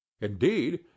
Indeed